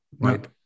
Right